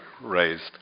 raised